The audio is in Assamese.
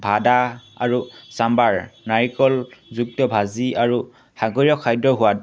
ভাদা আৰু চাম্বাৰ নাৰিকলযুক্ত ভাজি আৰু সাগৰীয় খাদ্য সোৱাদ